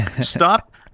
Stop